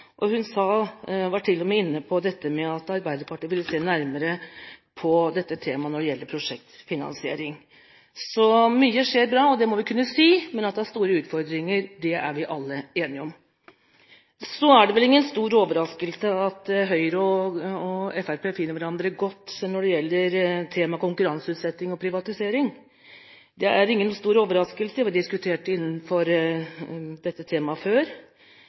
Hun var til og med inne på dette med at Arbeiderpartiet burde se nærmere på temaet prosjektfinansiering. Så mye bra skjer – det må vi kunne si. Men at det er store utfordringer, er vi alle enige om. Det er vel ingen stor overraskelse at Høyre og Fremskrittspartiet finner hverandre godt når det gjelder temaet konkurranseutsetting og privatisering. Det er ingen stor overraskelse. Vi har diskutert dette temaet før,